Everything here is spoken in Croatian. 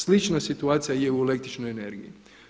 Slična situacija je u električnoj energiji.